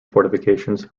fortifications